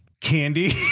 candy